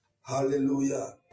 Hallelujah